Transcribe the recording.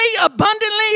abundantly